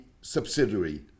subsidiary